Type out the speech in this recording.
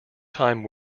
time